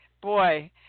Boy